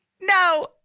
No